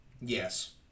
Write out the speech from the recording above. yes